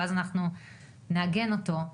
ואז נעגן אותו.